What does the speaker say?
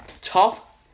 Top